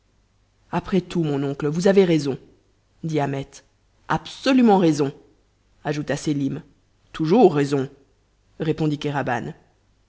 après tout mon oncle vous avez raison dit ahmet absolument raison ajouta sélim toujours raison répondit